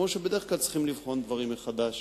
כמו שבדרך כלל צריכים לבחון דברים מחדש,